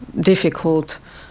difficult